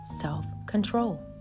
self-control